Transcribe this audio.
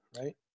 right